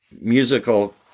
musical